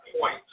point